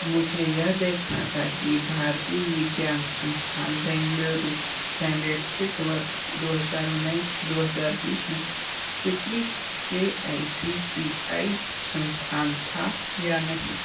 मुझे यह देखना था कि भारतीय विज्ञान संस्थान बेंगलुरु शैंक्षिक वर्ष दो हजार उन्नीस दो हजार बीस में स्वीकृत A I C T I संस्थान था या नहीं